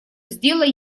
сделай